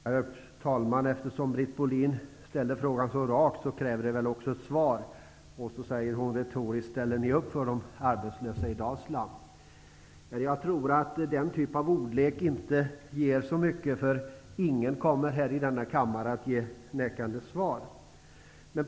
Herr talman! Eftersom Britt Bohlin ställde en så rak fråga, kräver den ett svar. Britt Bohlin undrar retoriskt om vi ställer upp för de arbetslösa i Dalsland. Jag tror inte att den typen av ordlek ger så mycket, därför att ingen i denna kammare kommer att ge ett nekande svar.